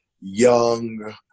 young